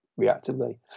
reactively